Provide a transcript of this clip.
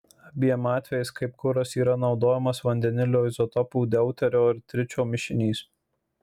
abiem atvejais kaip kuras yra naudojamas vandenilio izotopų deuterio ir tričio mišinys